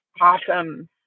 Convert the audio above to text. awesome